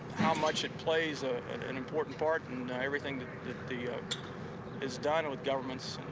how much it plays ah and an important part in everything that is done with governments.